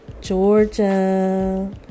Georgia